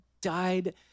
died